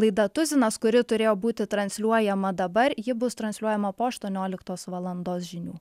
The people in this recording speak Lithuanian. laida tuzinas kuri turėjo būti transliuojama dabar ji bus transliuojama po aštuonioliktos valandos žinių